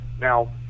now